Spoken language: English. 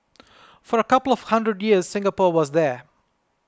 for a couple of hundred years Singapore was there